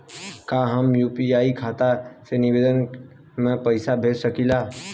का हम यू.पी.आई खाता से विदेश म पईसा भेज सकिला?